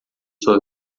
sua